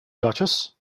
duchess